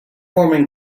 forming